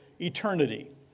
eternity